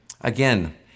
Again